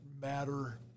matter